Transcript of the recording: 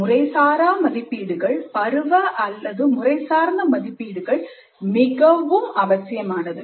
முறைசாரா மதிப்பீடுகள் பருவ அல்லது முறைசார்ந்த மதிப்பீடுகள் மிகவும் அவசியமானது